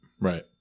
Right